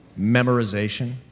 Memorization